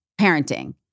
parenting